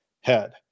head